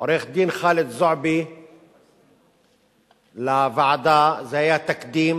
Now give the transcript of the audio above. עורך-דין ח'אלד זועבי לוועדה זה היה תקדים,